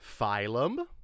Phylum